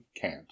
cant